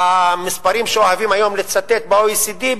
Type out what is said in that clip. במספרים שאוהבים היום לצטט ב-OECD,